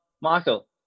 Michael